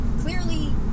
clearly